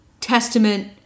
Testament